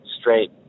straight